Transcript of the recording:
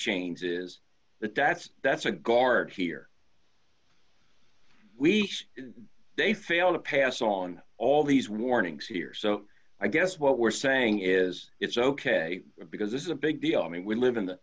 is that that's that's a guard here we they fail to pass on all these warnings here so i guess what we're saying is it's ok because this is a big deal i mean we live in